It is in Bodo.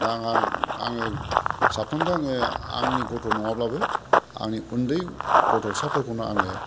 दा आं आङो सानफ्रोमबो आङो आंनि गथ' नङाब्लाबो आंनि उन्दै गथ'साफोरखौनो आङो